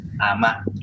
Ama